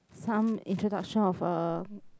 some introduction of a